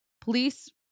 Police